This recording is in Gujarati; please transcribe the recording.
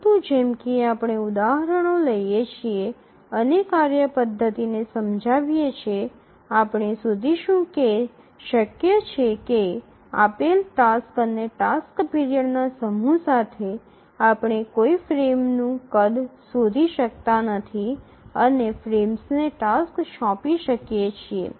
પરંતુ જેમ કે આપણે ઉદાહરણો લઈએ છીએ અને કાર્યપદ્ધતિને સમજાવીએ છીએ આપણે શોધીશું કે શક્ય છે કે આપેલ ટાસક્સ અને ટાસ્ક પીરિયડસ્ ના સમૂહ સાથે આપણે કોઈ ફ્રેમનું કદ શોધી શકતા નથી અને ફ્રેમ્સને ટાસક્સ સોંપી શકીએ છીએ